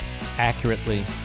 accurately